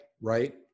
right